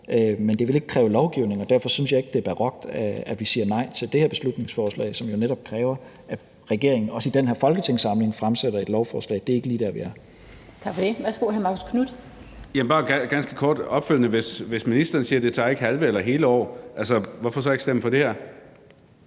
Men det vil ikke kræve lovgivning, og derfor synes jeg ikke, det er barokt, at vi siger nej til det her beslutningsforslag, som jo netop kræver, at regeringen også i den her folketingssamling fremsætter et lovforslag. Det er ikke lige der, vi er. Kl. 14:42 Den fg. formand (Annette Lind): Tak for det. Værsgo til hr. Marcus Knuth.